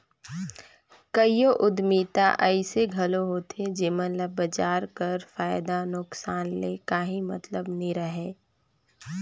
कइयो उद्यमिता अइसे घलो होथे जेमन ल बजार कर फयदा नोसकान ले काहीं मतलब नी रहें